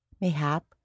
mayhap